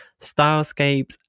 stylescapes